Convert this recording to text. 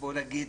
בוא נאמר,